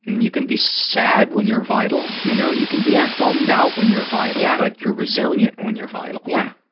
and you can be sad when you're vital. you know, you can be bummed out when you're vital, yeah but you're resilient when you're vital. yeah,